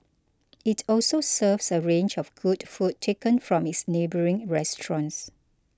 it also serves a range of good food taken from its neighbouring restaurants